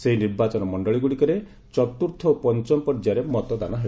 ସେହି ନିର୍ବାଚନ ମଣ୍ଡଳୀଗୁଡ଼ିକରେ ଚତୁର୍ଥ ଓ ପଞ୍ଚମ ପର୍ଯ୍ୟାୟରେ ମତଦାନ ହେବ